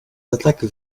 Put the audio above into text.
attaques